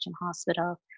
Hospital